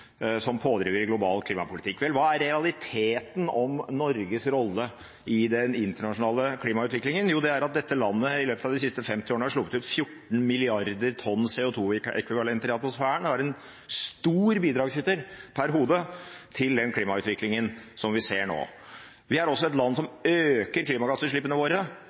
som pådriver i global klimapolitikk. Vel – hva er realiteten om Norges rolle i den internasjonale klimautviklingen? Jo, det er at dette landet i løpet av de siste 50 årene har sluppet ut 14 milliarder tonn CO2-ekvivalenter i atmosfæren og er en stor bidragsyter per hode til den klimautviklingen vi ser nå. Vi er også et land som øker klimagassutslippene våre